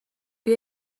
بیا